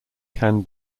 can